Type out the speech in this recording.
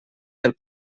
del